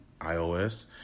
iOS